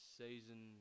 season